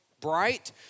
bright